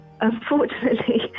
unfortunately